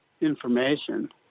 information